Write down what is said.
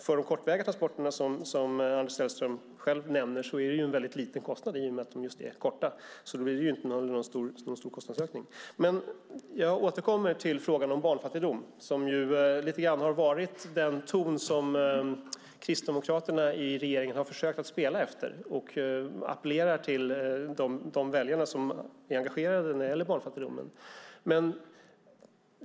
För de kortväga transporterna som Anders Sellström själv nämner är det en väldigt liten kostnad i och med att de just är korta, så där blir det ingen stor kostnadsökning. Jag återkommer till frågan om barnfattigdom, som ju lite grann har varit den ton som Kristdemokraterna i regeringen har försökt spela efter. Man har appellerat till de väljare som är engagerade när det gäller barnfattigdomen.